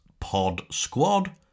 podsquad